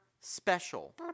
special